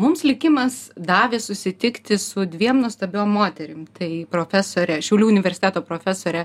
mums likimas davė susitikti su dviem nuostabiom moterim tai profesore šiaulių universiteto profesore